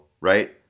right